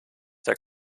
der